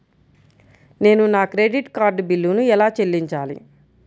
నేను నా credit card బిల్లును ఎలా చెల్లించాలీ?